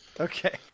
Okay